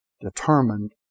determined